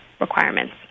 requirements